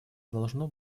должно